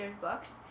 Books